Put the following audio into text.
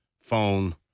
phone